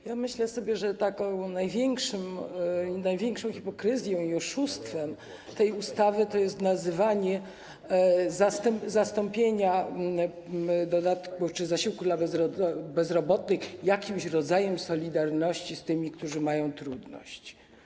Ja myślę sobie, że taką największą hipokryzją i oszustwem tej ustawy to jest nazywanie zastąpienia dodatku czy zasiłku dla bezrobotnych jakimś rodzajem solidarności z tymi, którzy mają trudności.